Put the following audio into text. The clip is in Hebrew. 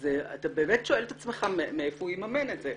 אז אתה באמת שואל את עצמך מאיפה הוא יממן את זה.